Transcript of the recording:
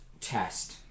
test